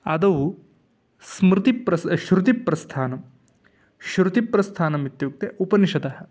आदौ स्मृतिः प्रस् श्रुतिप्रस्थानं श्रुतिप्रस्थानमित्युक्ते उपनिषद्